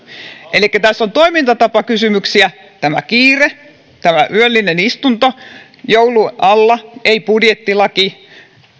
elikkä tässä on toimintatapakysymyksiä tämä kiire tämä yöllinen istunto joulun alla ei budjettilaki